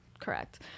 correct